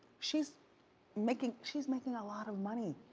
she's making she's making a lot of money.